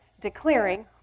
declaring